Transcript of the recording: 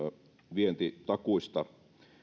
vientitakuista